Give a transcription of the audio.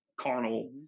carnal